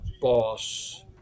Boss